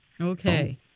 okay